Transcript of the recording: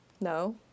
No